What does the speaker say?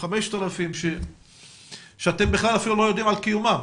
5,000 שאתם אפילו לא יודעים על קיומם.